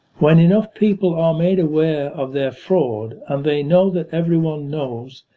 when enough people are made aware of their fraud and they know that everyone knows,